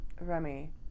Remy